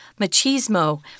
machismo